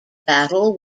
battle